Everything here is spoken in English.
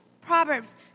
Proverbs